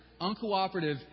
uncooperative